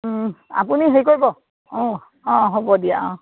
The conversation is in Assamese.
আপুনি হেৰি কৰিব অঁ অঁ হ'ব দিয়া অঁ